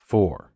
Four